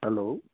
hello